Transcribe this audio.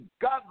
God